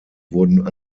wurden